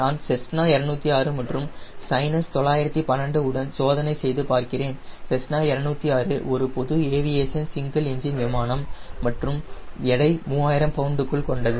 நான் செஸ்னா 206 மற்றும் சைனஸ் 912 உடன் சோதனை செய்து பார்க்கிறேன் செஸ்னா 206 ஒரு பொது ஏவியேஷன் சிங்கிள் என்ஜின் விமானம் மற்றும் எடை 3000 பவுண்டுகள் கொண்டது